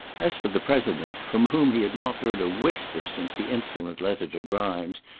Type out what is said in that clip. as for the president from whom he had not heard a whisper since the insolent letter to grimes,